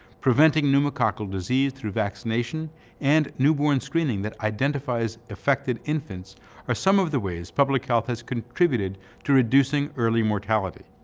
preventing pneumococcal disease through vaccination and newborn screening that identifies affected infants are some of the ways public health has contributed to reducing early mortality.